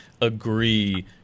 agree